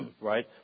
Right